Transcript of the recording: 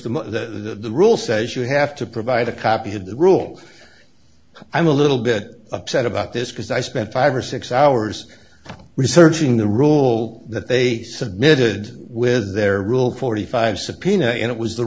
words the rule says you have to provide a copy of the rule i'm a little bit upset about this because i spent five or six hours researching the wrong all that they submitted with their rule forty five subpoena and it was the